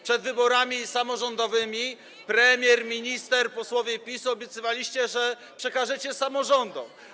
Przed wyborami samorządowymi premier, minister, posłowie PiS obiecywaliście, że przekażecie to samorządom.